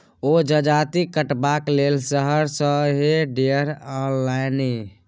ओ जजाति कटबाक लेल शहर सँ हे टेडर आनलनि